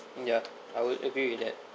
ya I would agree with that